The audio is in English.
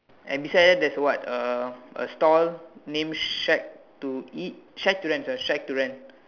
and beside there there's what a a stall name shack to eat shack to rent sorry shack to rent